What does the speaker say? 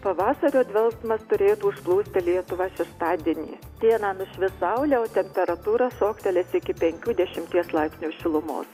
pavasario dvelksmas turėtų užplūsti lietuvą šeštadienį dieną nušvis saulė o temperatūra šoktelės iki penkių dešimties laipsnių šilumo